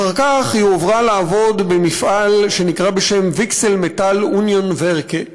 אחר כך היא הועברה לעבוד במפעל שנקרא Weichsel Union Metallwerke,